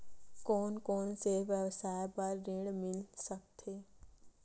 कोन कोन से व्यवसाय बर ऋण मिल सकथे?